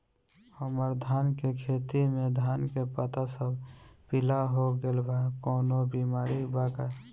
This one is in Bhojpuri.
हमर धान के खेती में धान के पता सब पीला हो गेल बा कवनों बिमारी बा का?